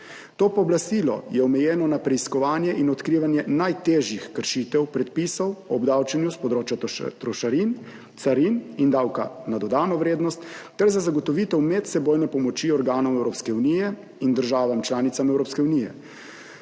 To pooblastilo je omejeno na preiskovanje in odkrivanje najtežjih kršitev predpisov o obdavčenju s področja trošarin, carin in davka na dodano vrednost ter za zagotovitev medsebojne pomoči organom Evropske unije in državam članicam Evropske unije.